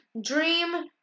Dream